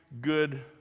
good